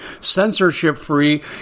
censorship-free